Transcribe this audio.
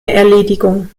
erledigung